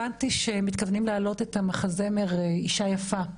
הבנתי שמתכוונים להעלות את המחזמר "אישה יפה".